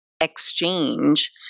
exchange